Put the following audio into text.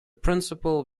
principle